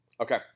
Okay